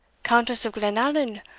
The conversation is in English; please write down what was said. countess of glenallan,